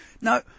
Now